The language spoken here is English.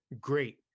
great